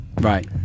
Right